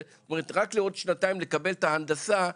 זאת אומרת רק לעוד שנתיים לקבל את ההנדסה,